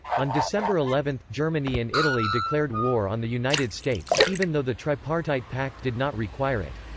on december eleven, germany and italy declared war on the united states, even though the tripartite pact did not require it.